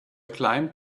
climbed